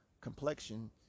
complexion